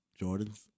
Jordans